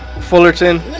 Fullerton